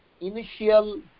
initial